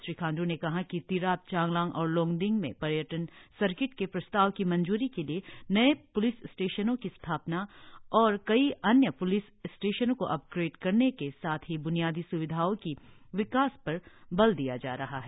श्री खांड् ने कहा कि तिराप चांगलांग और लोंगडिंग में पर्यटन सर्किट के प्रस्ताव की मंजूरी के लिए नये प्लिस स्टेशनों की स्थापना और कई अन्य प्लिस स्टेशनों को अपग्रेड करने के साथ ही ब्नियादी स्विधाओं की विकास पर बल दिया जा रहा है